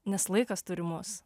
nes laikas turi mus